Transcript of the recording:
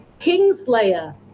Kingslayer